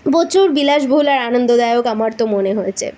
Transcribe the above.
প্রচুর বিলাসবহুল আর আনন্দদায়ক আমার তো মনে হয়েছে